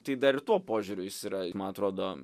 tai dar ir tuo požiūriu jis yra man atrodo